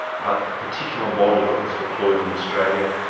but the particular model that was deployed in australia,